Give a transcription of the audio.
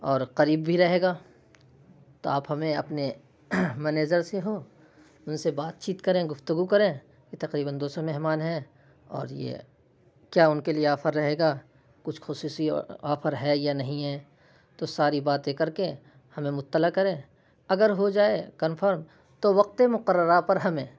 اور قریب بھی رہے گا تو آپ ہمیں اپنے مینیجر سے ہو ان سے بات چیت کریں گفتگو کریں تو تقریباً دو سو مہمان ہیں اور یہ کیا ان کے لیے آفر رہے گا کچھ خصوصی آفر ہے یا نہیں ہے تو ساری باتیں کر کے ہمیں مطلع کریں اگر ہو جائے کنفرم تو وقتِ مقررہ پر ہمیں